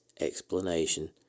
explanation